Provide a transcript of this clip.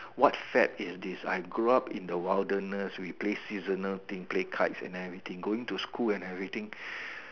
what fad is this I grow up in the wilderness we play seasonal thing play cards and everything going to school and everything